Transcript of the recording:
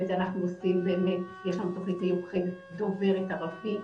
ואת זה אנחנו עושים בתוכנית מיוחדת דוברת ערבית.